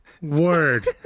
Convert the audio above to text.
word